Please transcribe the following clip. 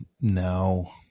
no